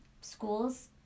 schools